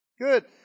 Good